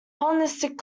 hellenistic